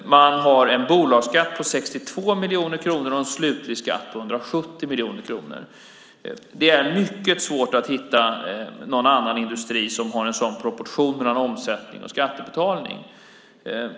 Man har en bolagsskatt på 62 miljoner kronor och en slutlig skatt på 170 miljoner kronor. Det är mycket svårt att hitta någon annan industri som har en sådan proportion mellan omsättning och skattebetalning.